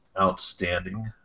outstanding